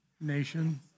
nation